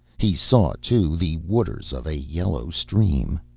he saw, too, the waters of a yellow stream.